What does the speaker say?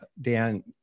Dan